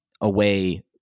away